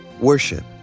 worship